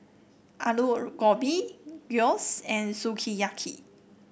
Alu Gobi Gyros and Sukiyaki